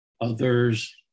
others